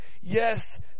yes